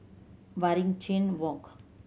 Waringin Walk